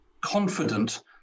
confident